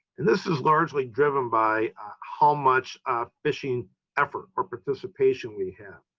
and this is largely driven by how much fishing effort or participation we have.